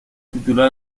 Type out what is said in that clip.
titular